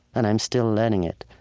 and i'm still learning it